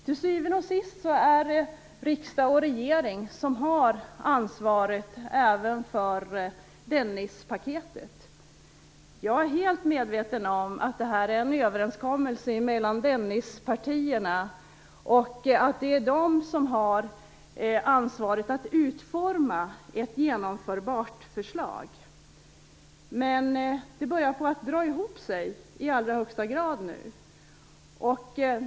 Till syvende och sist är det riksdag och regering som har ansvaret även för Dennispaketet. Jag är helt medveten om att detta är en överenskommelse mellan Dennispartierna. Det är de som har ansvaret att utforma ett genomförbart förslag. Men det börjar dra ihop sig nu.